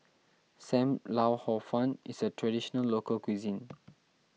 Sam Lau Hor Fun is a Traditional Local Cuisine